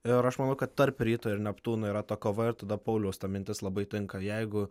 ir aš manau kad tarp ryto ir neptūno yra ta kova ir tada pauliaus ta mintis labai tinka jeigu